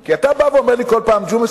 כי אתה בא ואומר לי כל פעם: ג'ומס,